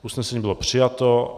Usnesení bylo přijato.